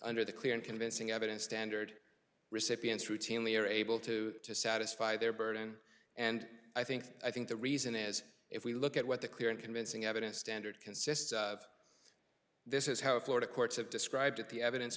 under the clear and convincing evidence standard recipients routinely are able to satisfy their burden and i think i think the reason is if we look at what the clear and convincing evidence standard consists of this is how the florida courts have described it the evidence